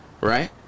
right